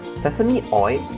sesame oil,